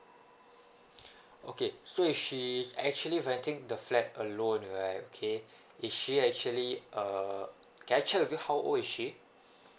okay so if she is actually renting the flat alone right okay is she actually uh can I check with you how old is she